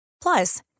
Plus